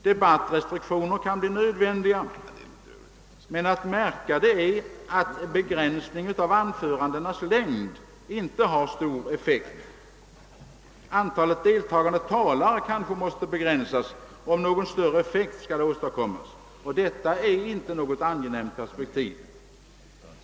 Debattrestriktioner kan bli nödvändiga, men det bör uppmärksammas att en begränsning av anförandenas längd inte har stor effekt. Antalet deltagande talare kanske måste begränsas om någon större effekt skall åstadkommas. Och det är inte något angenämt perspektiv.